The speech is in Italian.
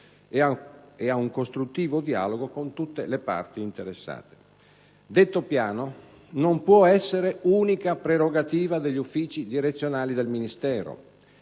Detto piano non può essere unica prerogativa degli uffici direzionali del Ministero.